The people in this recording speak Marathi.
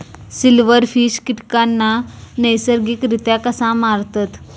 सिल्व्हरफिश कीटकांना नैसर्गिकरित्या कसा मारतत?